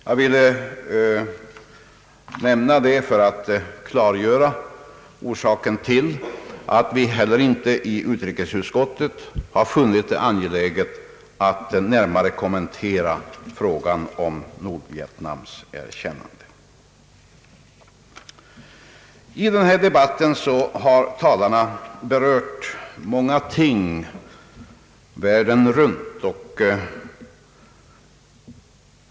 Jag vill nämna detta för att klargöra orsaken till att vi heller inte i utrikesutskottet har funnit det angeläget att närmare kommentera frågan om Nordvietnams erkännande I denna debatt har talarna berört många ting världen runt.